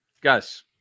Guys